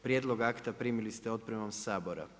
Prijedlog akta primili ste otpremom Sabora.